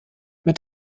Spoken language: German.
mit